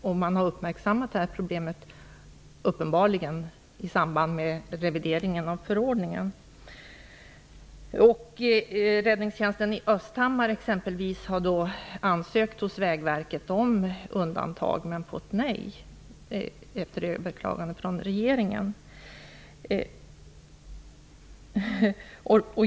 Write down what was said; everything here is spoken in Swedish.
Detta problem har uppmärksammats i samband med revideringen av förordningen. Exempelvis Räddningstjänsten i Östhammar har hos Vägverket ansökt om undantag men har fått avslag efter överklagande till regeringen.